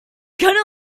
gonna